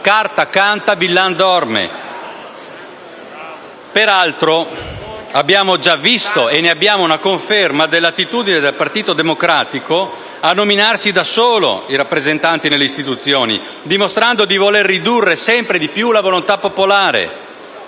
carta canta e villan dorme! Peraltro, abbiamo già visto (e ne abbiamo una conferma) l'attitudine del Partito Democratico a nominarsi da solo i rappresentanti nelle istituzioni, dimostrando di voler ridurre sempre più la volontà popolare.